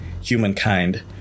humankind